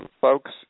Folks